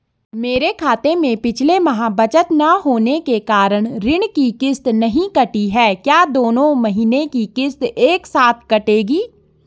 मेरे खाते में पिछले माह बचत न होने के कारण ऋण की किश्त नहीं कटी है क्या दोनों महीने की किश्त एक साथ कटेगी?